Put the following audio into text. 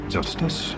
Justice